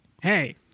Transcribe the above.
Hey